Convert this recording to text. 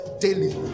daily